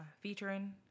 featuring